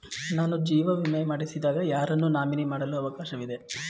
ನಾನು ಜೀವ ವಿಮೆ ಮಾಡಿಸಿದಾಗ ಯಾರನ್ನು ನಾಮಿನಿ ಮಾಡಲು ಅವಕಾಶವಿದೆ?